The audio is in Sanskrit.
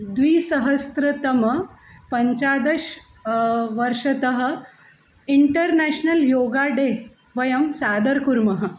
द्विसहस्रतमपञ्चादश वर्षतः इन्टर्नेश्नल् योगा डे वयं साधरं कुर्मः